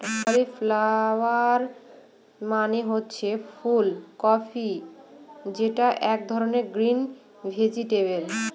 cauliflower মানে হচ্ছে ফুল কপি যেটা এক ধরনের গ্রিন ভেজিটেবল